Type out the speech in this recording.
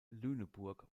lüneburg